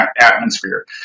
atmosphere